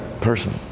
person